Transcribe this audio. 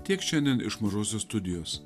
tiek šiandien iš mažosios studijos